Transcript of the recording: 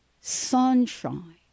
sunshine